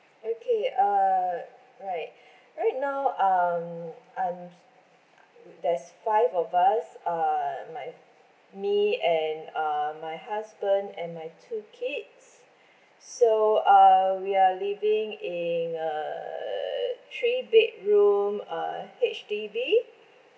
okay uh right right now um I'm there's five of us uh my me and um my husband and my two kids so err we are living in a three bedroom uh H_D_B